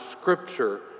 Scripture